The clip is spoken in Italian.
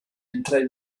entrare